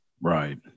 Right